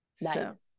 Nice